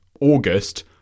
August